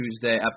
Tuesday